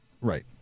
right